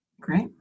Great